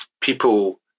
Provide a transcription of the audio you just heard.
people